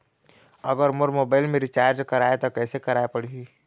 अगर मोर मोबाइल मे रिचार्ज कराए त कैसे कराए पड़ही?